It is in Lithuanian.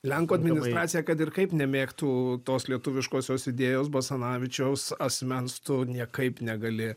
lenkų administracija kad ir kaip nemėgtų tos lietuviškosios idėjos basanavičiaus asmens tu niekaip negali